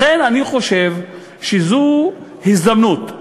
לכן אני חושב שזו הזדמנות,